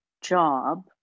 job